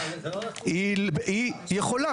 היא יכולה,